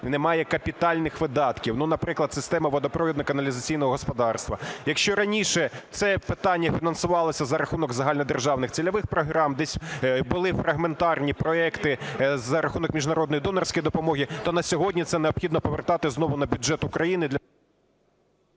немає капітальних видатків. Наприклад, система водопровідно-каналізаційного господарства. Якщо раніше це питання фінансувалося за рахунок загальнодержавних цільових програм, десь були фрагментарні проекти за рахунок міжнародної донорської допомоги, то на сьогодні це необхідно повертати знову на бюджет України